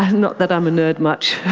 not that i'm a nerd, much.